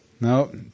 no